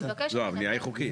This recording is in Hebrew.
לא, הבנייה היא חוקית.